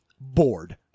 bored